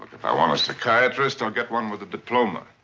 if i want a psychiatrist, i'll get one with a diploma!